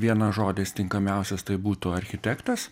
vienas žodis tinkamiausias tai būtų architektas